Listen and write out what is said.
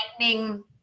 lightning